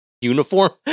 uniform